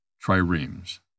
Triremes